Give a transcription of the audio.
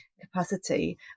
capacity